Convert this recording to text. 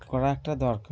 করা একটা দরকার